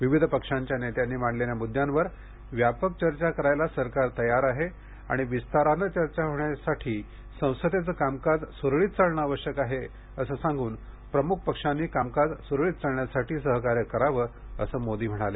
विविध पक्षाच्या नेत्यांनी मांडलेल्या मुद्द्यांवर व्यापक चर्चा करायला सरकार तयार आहे आणि विस्ताराने चर्चा होण्यासाठी संसदेचे कामकाज सुरळीत चालणे आवश्यक आहे असे सांगून प्रमुख पक्षांनी कामकाज सुरळीत चालण्यासाठी सहकार्य करावे असे मोदी म्हणाले